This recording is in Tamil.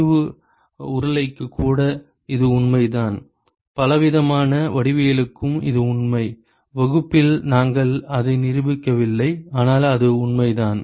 செறிவு உருளைக்கு கூட இது உண்மைதான் பலவிதமான வடிவவியலுக்கும் இது உண்மை வகுப்பில் நாங்கள் அதை நிரூபிக்கவில்லை ஆனால் அது உண்மைதான்